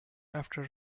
after